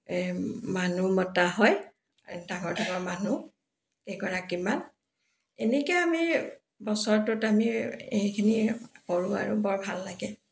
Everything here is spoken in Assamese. মানুহ মতা হয় ডাঙৰ ডাঙৰ মানুহ কেইগৰাকীমান এনেকৈ আমি বছৰটোত আমি সেইখিনি কৰোঁ আৰু বৰ ভাল লাগে